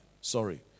Sorry